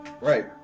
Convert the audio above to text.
Right